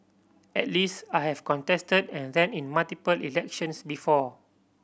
at least I have contested and ran in multiple elections before